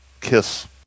kiss